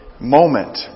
moment